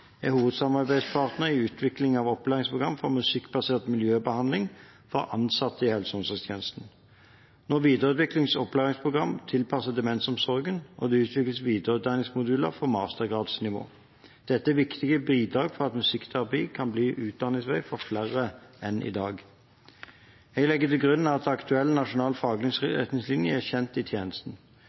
er hovedsamarbeidspartnere i utvikling av opplæringsprogram for musikkbasert miljøbehandling for ansatte i helse- og omsorgstjenesten. Nå videreutvikles opplæringsprogram tilpasset demensomsorgen, og det utvikles videreutdanningsmoduler for mastergradsnivå. Dette er viktige bidrag for at musikkterapi kan bli utdanningsvei for flere enn i dag. Jeg legger til grunn at aktuell nasjonal faglig retningslinje er kjent i tjenesten.